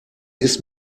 ist